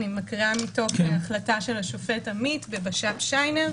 אני מקריאה מתוך החלטה של השופט עמית בבש"פ שיינר: